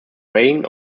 reign